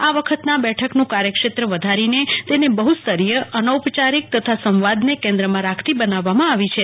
આ વખતના બેઠકનું કાર્યક્ષેત્ર વધારીને તેને બહુસ્તરીય અનૌપચારીક તથા સંવાદને કેન્દ્રમાં રાખતી બનાવવામાં આવી છે